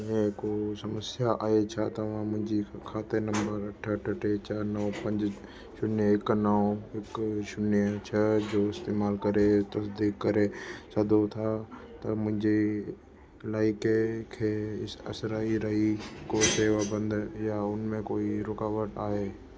में को समस्या आहे छा तव्हां मुंहिंजे खाते नंबर अठ अठ टे चार नव पंज शून्य हिकु नौ हिकु शून्य छह जो इस्तेमालु करे तसदीक करे सघो था त मुंहिंजे इलाइक़े खे असराई रही को सेवा बंदि या उन में कोई रुकावट आहे